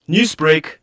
Newsbreak